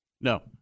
No